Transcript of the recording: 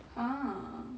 !huh!